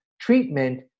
treatment